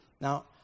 Now